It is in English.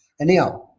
Anyhow